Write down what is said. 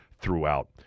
throughout